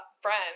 friend